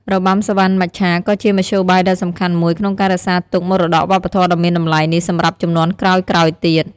របាំសុវណ្ណមច្ឆាក៏ជាមធ្យោបាយដ៏សំខាន់មួយក្នុងការរក្សាទុកមរតកវប្បធម៌ដ៏មានតម្លៃនេះសម្រាប់ជំនាន់ក្រោយៗទៀត។